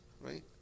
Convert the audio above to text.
Right